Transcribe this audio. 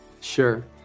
Sure